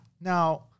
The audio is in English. Now